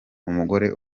umugore